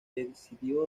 decidió